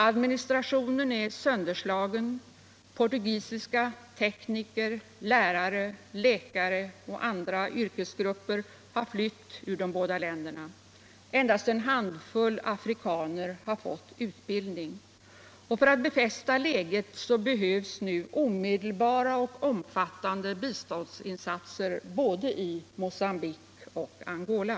Administrationen är sönderslagen; portugisiska tekniker, lärare och läkare har flytt ur de båda länderna. Endast en handfull afrikaner har fått utbildning. För att befästa läget behövs nu omedelbara och omfattande biståndsinsatser i både Mogambique och Angola.